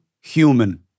human